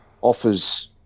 offers